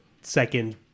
second